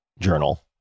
journal